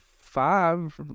five